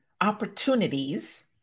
opportunities